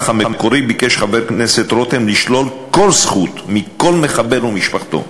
המקורי ביקש חבר הכנסת רותם לשלול כל זכות מכל מחבל ומשפחתו.